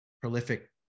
prolific